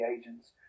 agents